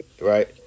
right